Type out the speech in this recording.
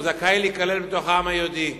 הוא זכאי להיכלל בעם היהודי.